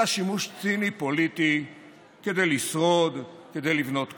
אלא בשימוש ציני פוליטי כדי לשרוד, כדי לבנות כוח,